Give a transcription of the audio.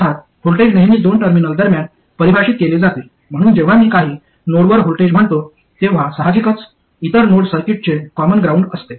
अर्थात व्होल्टेज नेहमीच दोन टर्मिनल दरम्यान परिभाषित केले जाते म्हणून जेव्हा मी काही नोडवर व्होल्टेज म्हणतो तेव्हा साहजिकच इतर नोड सर्किटचे कॉमन ग्राउंड असते